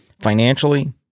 financially